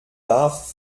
darf